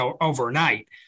overnight